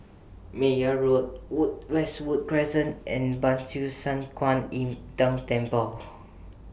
Meyer Road Wood Westwood Crescent and Ban Siew San Kuan Im Tng Temple